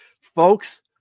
folks